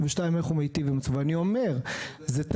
וזה מיטיב עם המתמודדים ואנחנו רוצים